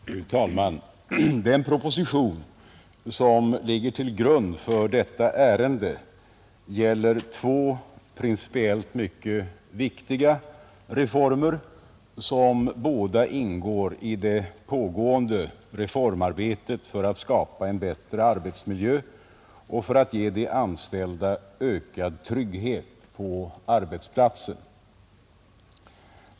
Fru talman! Den proposition som ligger till grund för detta ärende gäller två principiellt mycket viktiga reformer, som båda ingår i det pågående reformarbetet för att skapa en bättre arbetsmiljö och för att ge de anställda ökad trygghet på arbetsplatsen.